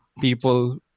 people